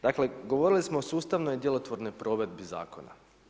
Dakle govorili smo o sustavnoj djelotvornoj provedbi zakona.